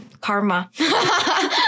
karma